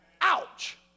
Ouch